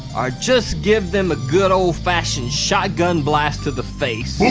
or just give them a good old fashioned shotgun blast to the face.